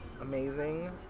amazing